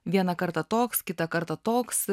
vieną kartą toks kitą kartą toks